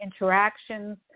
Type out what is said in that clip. interactions